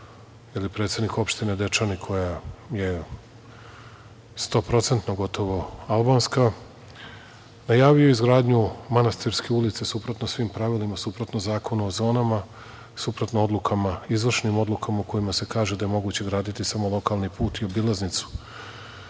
ili predsednik opštine Dečani koja je 100% gotovo albanska najavio izgradnju manastirske ulice, suprotno svim pravilima, suprotno Zakonu o zonama, suprotno odlukama, izvršnim odlukama u kojima se kaže da je moguće graditi samo lokalni put i obilaznicu,